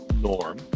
norm